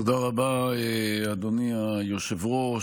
תודה רבה, אדוני היושב-ראש.